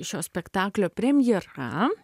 šio spektaklio premjera